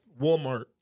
Walmart